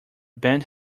bent